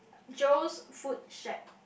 Jo's food shack